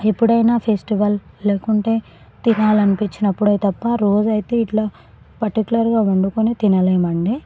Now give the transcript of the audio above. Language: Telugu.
ఎప్పుడైనా ఫెస్టివల్ లేకుంటే తినాలనిపించినప్పుడే తప్ప రోజైతే ఇట్లా పర్టిక్యులర్గా వండుకొని తినలేము అండి